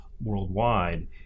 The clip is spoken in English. worldwide